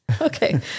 Okay